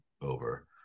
over